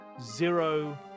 Zero